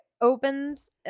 opens